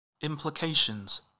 implications